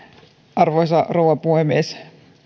arvoisa rouva puhemies